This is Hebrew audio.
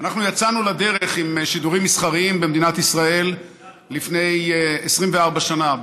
אנחנו יצאנו לדרך עם שידורים מסחריים במדינת ישראל לפני 24 שנה,